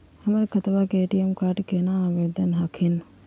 हमर खतवा के ए.टी.एम कार्ड केना आवेदन हखिन?